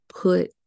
put